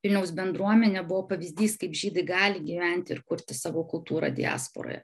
vilniaus bendruomenė buvo pavyzdys kaip žydai gali gyventi ir kurti savo kultūrą diasporoje